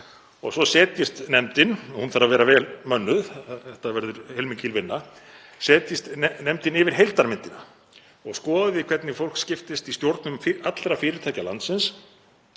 Og svo setjist nefndin, og hún þarf að vera vel mönnuð, þetta verður heilmikil vinna, yfir heildarmyndina og skoði hvernig fólk skiptist í stjórnum allra fyrirtækja landsins